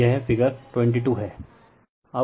तो यह फिगर 22 है